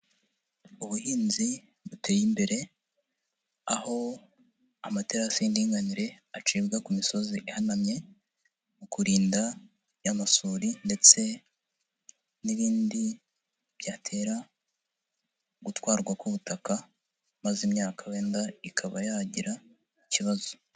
Ubuhinzi buteye imbere, aho amaterasi y'indinganire acibwa ku misozi ihanamye mu kurinda amasuri ndetse n'ibindi byatera gutwarwa k'ubutaka, maze imyaka wenda ikaba yagira ikibazo.